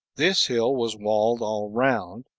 this hill was walled all round,